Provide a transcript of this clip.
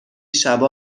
شبا